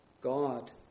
God